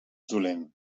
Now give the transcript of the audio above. dolent